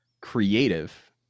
creative